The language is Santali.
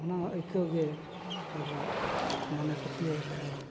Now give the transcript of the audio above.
ᱚᱱᱟ ᱟᱹᱭᱠᱟᱹᱣ ᱜᱮ ᱟᱵᱚᱣᱟᱜ ᱢᱚᱱᱮ ᱯᱟᱹᱛᱭᱟᱹᱣ ᱟᱠᱟᱫ ᱟᱭ